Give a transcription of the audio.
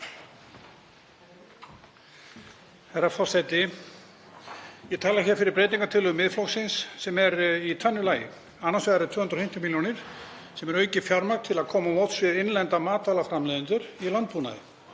Herra forseti. Ég tala hér fyrir breytingartillögu Miðflokksins sem er í tvennu lagi. Annars vegar eru 250 milljónir sem er aukið fjármagn til að koma til móts við innlenda matvælaframleiðendur í landbúnaði.